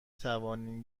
توانیم